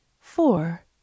four